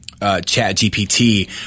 ChatGPT